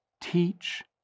teach